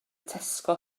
tesco